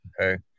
okay